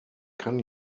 kann